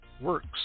works